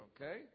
okay